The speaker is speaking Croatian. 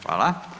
Hvala.